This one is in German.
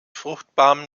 fruchtbaren